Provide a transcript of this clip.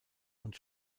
und